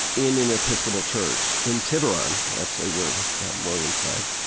in in an episcopal church, in tiburon actually, where robin williams died.